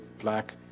black